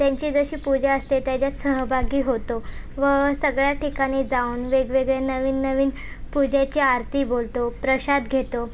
त्यांची जशी पूजा असते त्याच्यात सहभागी होतो व सगळ्या ठिकाणी जाऊन वेगवेगळे नवीननवीन पूजेची आरती बोलतो प्रसाद घेतो